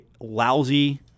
lousy